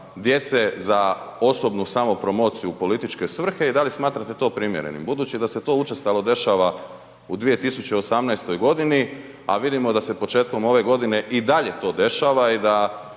djece za osobnu samopromociju u političke svrhe i da li smatrate to primjerenim? Budući da se to učestalo dešava u 2018. godini, a vidimo da se početkom ove godine i dalje to dešava i da